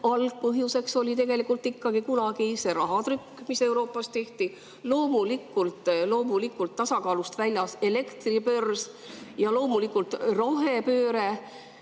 algpõhjuseks oli tegelikult ikkagi kunagi see raha trükkimine, mis Euroopas tehti, loomulikult ka tasakaalust väljas elektribörs ja loomulikult rohepööre,